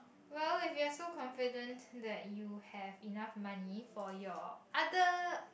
well if you have so confident that you have enough money for your other